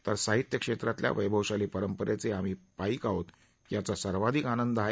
तर साहित्य क्षेत्रातल्या वस्तिशाली परंपरेचे आम्ही पाईक आहोत याचा सर्वाधिक आनंद आहे